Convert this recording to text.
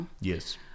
Yes